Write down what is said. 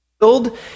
Filled